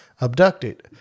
abducted